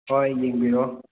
ꯍꯣꯏ ꯌꯦꯡꯕꯤꯔꯨꯔꯣ